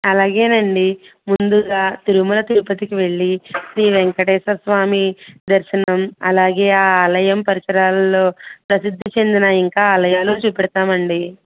అలాగే అండి ముందుగా తిరుమల తిరుపతికి వెళ్ళి శ్రీ వెంకటేశ్వర స్వామి దర్శనం అలాగే ఆ ఆలయం పరిసరాల్లో ప్రసిద్ధి చెందిన ఇంకా ఆలయాలు చూపెడతాము అండి